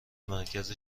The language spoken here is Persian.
مرکز